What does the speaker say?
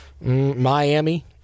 Miami